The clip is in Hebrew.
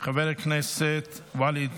חבר הכנסת ואליד